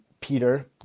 Peter